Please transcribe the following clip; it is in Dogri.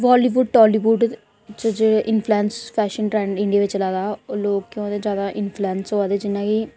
बालीवुड टालीवुड च जेह्ड़े इंफ्लूएंस फैशन ट्रैंड इंडियां बिच्च चला दा लोकें ओह्दे ज्यादा इंफ्लूएंस होऐ दे जियां कि